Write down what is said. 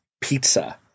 pizza